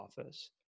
office